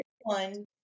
one